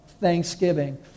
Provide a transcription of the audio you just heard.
thanksgiving